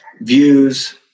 views